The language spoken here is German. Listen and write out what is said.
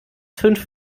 fünf